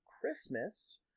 Christmas